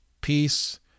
peace